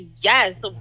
yes